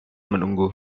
menunggu